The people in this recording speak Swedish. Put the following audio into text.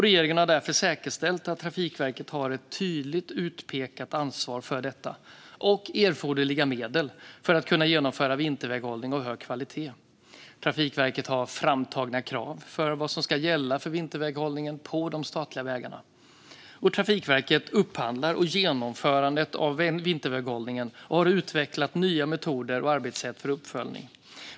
Regeringen har därför säkerställt att Trafikverket har ett tydligt utpekat ansvar för detta och erforderliga medel för att kunna genomföra vinterväghållning av hög kvalitet. Trafikverket har framtagna krav för vad som ska gälla för vinterväghållningen på de statliga vägarna. Trafikverket upphandlar genomförandet av vinterväghållningen och har utvecklat nya, moderna metoder och arbetssätt för uppföljning.